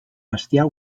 bestiar